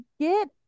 get